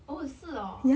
oh 是 orh